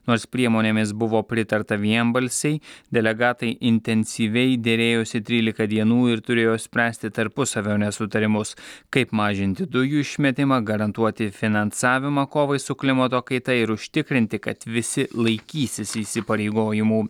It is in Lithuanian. nors priemonėmis buvo pritarta vienbalsiai delegatai intensyviai derėjosi trylika dienų ir turėjo spręsti tarpusavio nesutarimus kaip mažinti dujų išmetimą garantuoti finansavimą kovai su klimato kaita ir užtikrinti kad visi laikysis įsipareigojimų